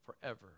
forever